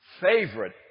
favorite